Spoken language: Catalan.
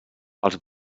els